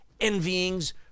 envyings